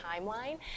timeline